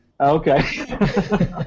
Okay